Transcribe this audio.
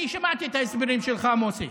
אני שמעתי את ההסברים שלך, מוסי.